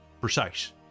Precise